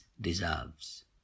deserves